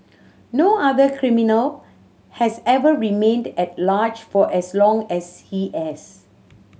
no other criminal has ever remained at large for as long as he as